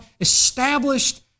established